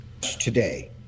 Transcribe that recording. today